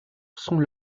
sont